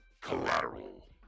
collateral